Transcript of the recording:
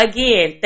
Again